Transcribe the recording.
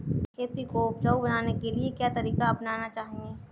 खेती को उपजाऊ बनाने के लिए क्या तरीका अपनाना चाहिए?